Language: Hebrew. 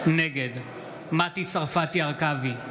נגד מטי צרפתי הרכבי,